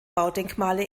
baudenkmale